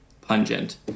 pungent